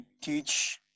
teach